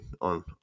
on